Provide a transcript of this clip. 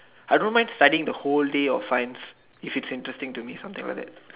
I don't mind studying the whole day of science if it's interesting to me or something like that